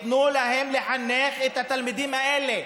תנו להם לחנך את התלמידים האלה.